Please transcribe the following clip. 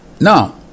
Now